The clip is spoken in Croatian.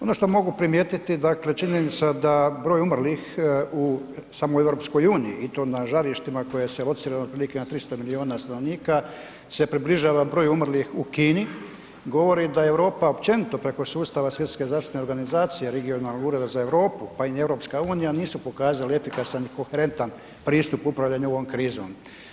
Ono što mogu primijetiti dakle činjenica da broj umrlih u samoj EU i to na žarištima koje se locira otprilike na 300 miliona stanovnika se približava broju umrlih u Kini govori da je Europa općenito preko sustava Svjetske zdravstvene organizacije regionalnog ureda za Europu pa i EU nisu pokazale efikasan i koherentan pristup upravljanja ovom krizom.